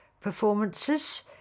performances